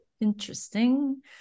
Interesting